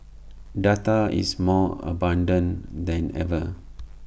data is more abundant than ever